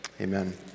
Amen